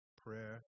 prayer